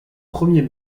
premier